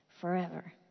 forever